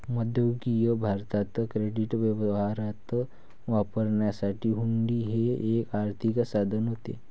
मध्ययुगीन भारतात क्रेडिट व्यवहारात वापरण्यासाठी हुंडी हे एक आर्थिक साधन होते